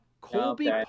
Colby